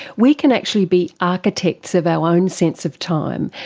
we can actually be architects of our own sense of time.